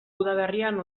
udaberrian